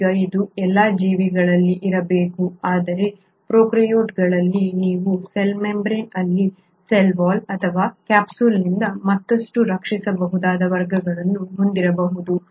ಈಗ ಇದು ಎಲ್ಲಾ ಜೀವಿಗಳಲ್ಲಿ ಇರಬೇಕು ಆದರೆ ಪ್ರೊಕಾರ್ಯೋಟ್ಗಳಲ್ಲಿ ನೀವು ಸೆಲ್ ಮೆಂಬ್ರೇನ್ ಅಲ್ಲಿ ಸೆಲ್ ವಾಲ್ ಅಥವಾ ಕ್ಯಾಪ್ಸುಲ್ನಿಂದ ಮತ್ತಷ್ಟು ರಕ್ಷಿಸಬಹುದಾದ ವರ್ಗಗಳನ್ನು ಹೊಂದಬಹುದು